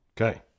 Okay